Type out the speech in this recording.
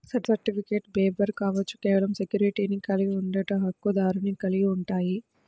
సర్టిఫికెట్లుబేరర్ కావచ్చు, కేవలం సెక్యూరిటీని కలిగి ఉండట, హక్కుదారుని కలిగి ఉంటాయి,